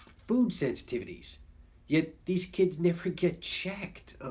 food sensitivities yet these kids never get checked,